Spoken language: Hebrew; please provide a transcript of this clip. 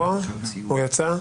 אני קורא אותך לסדר פעם ראשונה.